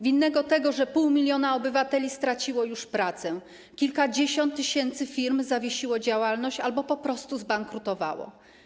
Winnego tego, że pół miliona obywateli straciło już pracę, kilkadziesiąt tysięcy firm zawiesiło działalność albo po prostu zbankrutowało.